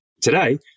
Today